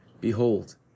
Behold